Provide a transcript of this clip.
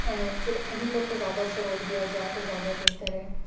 پھر انہیں لوگ کو زیادہ فروغ دیا جائے تو زیادہ بہتر ہے